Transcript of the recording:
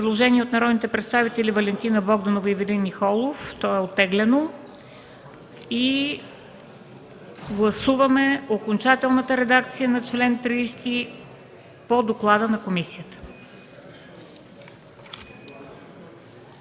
Предложението от народните представители Валентина Богданова и Ивелин Николов е оттеглено. Гласуваме окончателната редакция на чл. 30 по доклада на комисията.